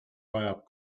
vajab